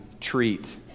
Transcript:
treat